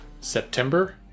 september